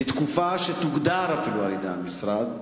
לתקופה שתוגדר, אפילו, על-ידי המשרד,